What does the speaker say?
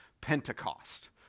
Pentecost